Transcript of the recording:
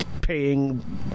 paying